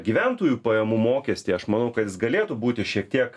gyventojų pajamų mokestį aš manau kad jis galėtų būti šiek tiek